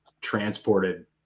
transported